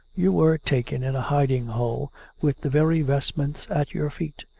you were taken in a hiding-hole with the very vestments at your feet.